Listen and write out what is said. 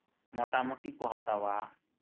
ᱢᱳᱴᱟᱢᱩᱴᱤ ᱠᱚ ᱦᱟᱛᱟᱣᱟ